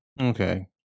okay